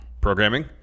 programming